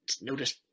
Notice